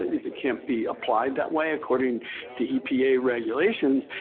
ah and can't be applied that way according to epa regulations,